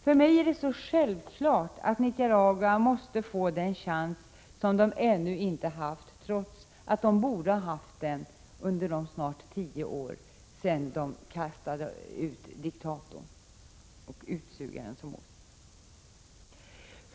För mig är det självklart att Nicaragua måste få den chans som landet ännu inte har fått, trots att man borde ha fått den under de snart tio år som gått sedan man kastade ut diktatorn och utsugaren Somoza.